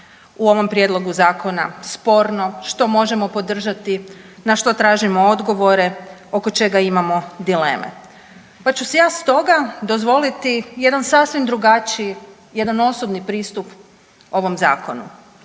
u ovom prijedlogu zakona sporno, što možemo podržati, na što tražimo odgovore, oko čega imamo dileme. Pa ću si ja stoga dozvoliti jedan sasvim drugačiji, jedan osobni pristup ovom zakonu